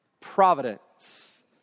providence